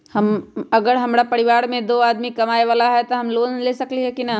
अगर हमरा परिवार में दो आदमी कमाये वाला है त हम लोन ले सकेली की न?